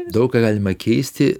daug ką galima keisti